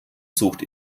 sucht